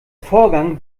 vorgang